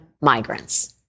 migrants